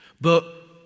But